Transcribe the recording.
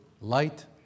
light